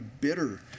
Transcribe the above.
bitter